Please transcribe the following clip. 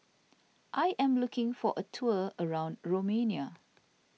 I am looking for a tour around Romania